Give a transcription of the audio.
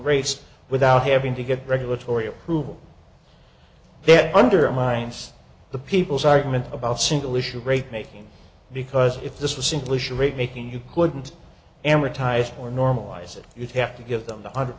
rates without having to get regulatory approval then undermines the people's argument about single issue rate making because if this was simply making you couldn't amortize or normalize it you'd have to give them one hundred